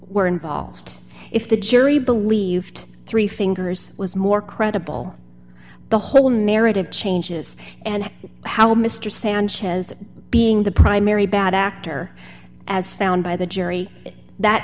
were involved if the jury believed three fingers was more credible the whole narrative changes and how mr sanchez being the primary bad actor as found by the jury that